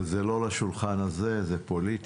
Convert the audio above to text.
אבל זה לא לשולחן הזה, זה פוליטי.